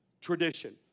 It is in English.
tradition